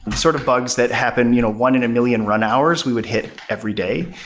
sort of bugs that happen you know one in a million run hours we would hit every day,